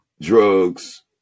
drugs